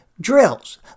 drills